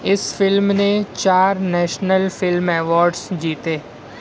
اس film نے چار national film awards جیتے